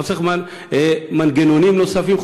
חוסך מנגנונים נוספים,